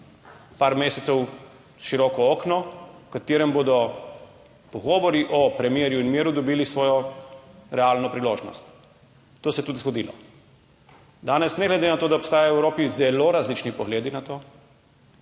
par mesecev široko okno, v katerem bodo pogovori o premirju in miru dobili svojo realno priložnost. To se je tudi zgodilo. Danes, ne glede na to, da obstajajo v Evropi zelo različni pogledi na to,